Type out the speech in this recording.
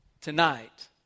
tonight